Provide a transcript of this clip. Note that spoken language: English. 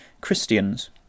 Christians